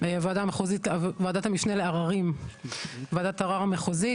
מתעלה על המאבקים האחרים גם בהיקף,